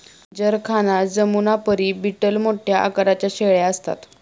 जरखाना जमुनापरी बीटल मोठ्या आकाराच्या शेळ्या असतात